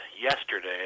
yesterday